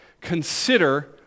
Consider